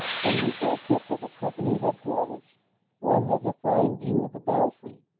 from the o-pip of a company headquarters one has a fine view of the belfry.